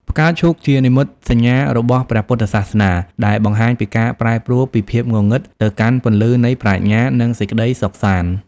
ផ្កាឈូកជានិមិត្តសញ្ញារបស់ ព្រះពុទ្ធសាសនា ដែលបង្ហាញពីការប្រែប្រួលពីភាពងងឹតទៅកាន់ពន្លឺនៃប្រាជ្ញា និងសេចក្ដីសុខសាន្ត។